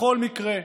בכל מקרה,